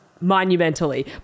monumentally